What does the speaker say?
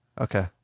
Okay